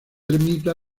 ermita